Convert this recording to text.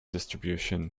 distribution